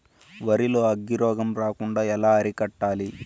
వరి లో అగ్గి రోగం రాకుండా ఎలా అరికట్టాలి?